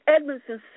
Edmondson